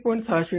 60 येते